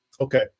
Okay